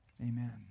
Amen